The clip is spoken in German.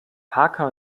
parker